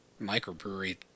microbrewery